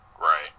Right